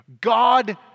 God